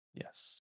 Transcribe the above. Yes